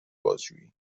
بازجویی